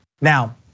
Now